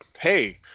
hey